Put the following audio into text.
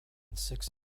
six